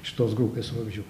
šitos grupės vabzdžių